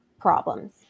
problems